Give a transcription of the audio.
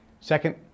Second